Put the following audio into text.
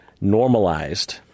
normalized